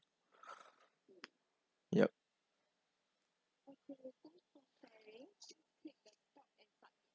yup